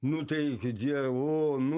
nu tai gi dievu nu